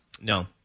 No